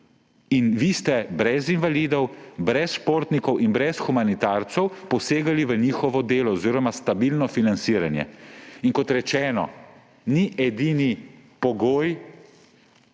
In vi ste brez invalidov, brez športnikov in brez humanitarcev posegali v njihovo delo oziroma stabilno financiranje. In kot rečeno, ni edini pogoj